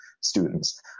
students